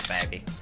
baby